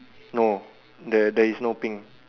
no there there is no pink